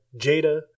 Jada